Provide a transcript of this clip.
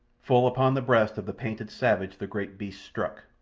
full upon the breast of the painted savage the great beast struck,